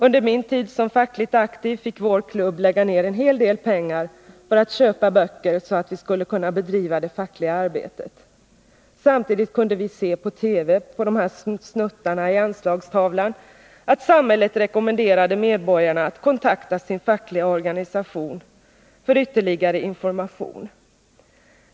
Under min tid som fackligt aktiv fick vår klubb lägga ner en hel del pengar för att köpa böcker, så att vi skulle kunna bedriva det fackliga arbetet. Samtidigt kunde vi se snuttarna i Anslagstavlan i TV om att samhället rekommenderade medborgarna att kontakta sin fackliga organisation för ytterligare information.